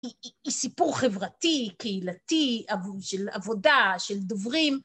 היא סיפור חברתי, קהילתי, של עבודה, של דוברים.